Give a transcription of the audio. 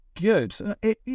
good